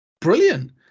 brilliant